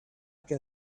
can